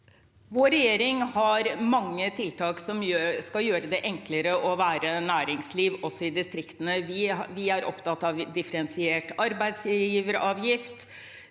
Vår regjering har mange tiltak som skal gjøre det enklere å være næringsliv, også i distriktene. Vi er opptatt av differensiert arbeidsgiveravgift.